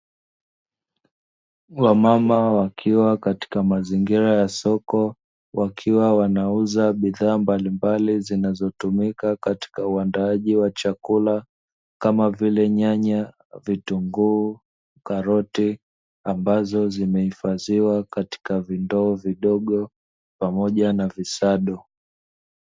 Wamama wakiwa katika mazingira ya soko, wakiwa wanauza bidhaa mbalimbali zinazotumika katika uandaaji wa chakula, kama vile nyanya, vitunguu, karoti, ambazo zimehifadhiwa katika vindoo vidogo pamoja na visado.